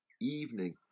evening